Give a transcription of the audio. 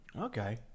Okay